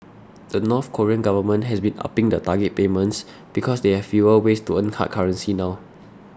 the North Korean government has been upping the target payments because they have fewer ways to earn hard currency now